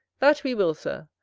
that we will, sir,